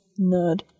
nerd